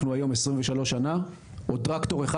אנחנו היום 23 שנים אחרי ואפילו טרקטור אחד